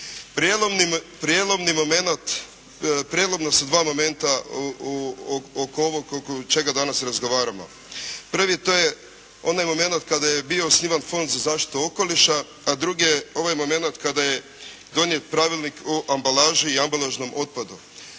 Prijelomno su dva momenta oko ovoga oko čega danas razgovaramo. Prvi, to je onaj momenat kada je bio osnivan Fond za zaštitu okoliša, a drugi je ovaj momenat kada je donijet Pravilnik o ambalaži i ambalažnom otpadu.